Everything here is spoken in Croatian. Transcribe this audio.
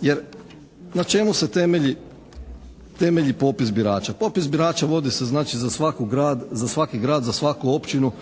Jer na čemu se temelji popis birača? Popis birača vodi se znači za svaki grad, za svaku općinu,